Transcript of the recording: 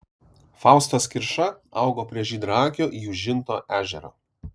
faustas kirša augo prie žydraakio jūžinto ežero